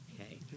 Okay